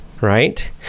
right